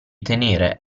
tenere